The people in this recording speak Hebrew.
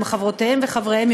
עם חברותיהם וחבריהם,